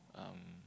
um